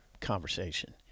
conversation